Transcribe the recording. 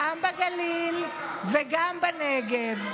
גם בגליל וגם בנגב.